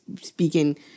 speaking –